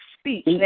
speech